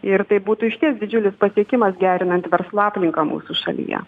ir tai būtų išties didžiulis pasiekimas gerinant verslo aplinką mūsų šalyje